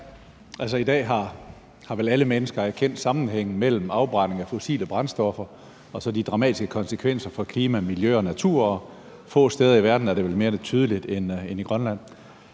I dag har vel alle mennesker erkendt sammenhængen mellem afbrænding af fossile brændstoffer og så de dramatiske konsekvenser for klima, miljø og natur. Få steder i verden er det vel mere tydeligt end i Grønland,